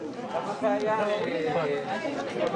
חברים, בכאב גדול